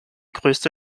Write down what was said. größte